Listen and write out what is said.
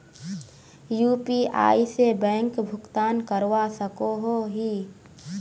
UPI से bank भुगतान करवा सकोहो ही?